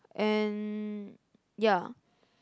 and yeah